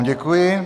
Děkuji.